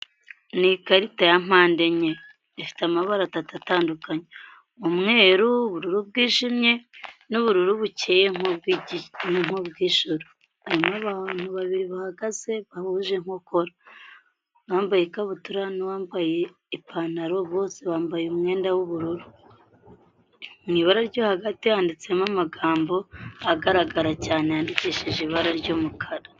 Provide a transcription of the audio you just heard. Ni ikarita ya mpande enye ifite amabara atatu atandukanye umweru w'ubururu bw'ijimye n'ubururu buke nk'ub bwijuru abantu babiri bahagaze bahuje inkokora bambaye ikabutura nuwambaye ipantaro bose bambaye umwenda w'ubururu mu ibara ryo hagati handitsemo amagambo agaragara cyane yandikishije ibara ry'umukara.